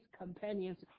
companions